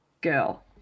girl